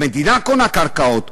המדינה קונה קרקעות.